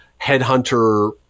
headhunter